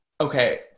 Okay